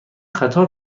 قطار